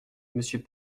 monsieur